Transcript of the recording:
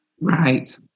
Right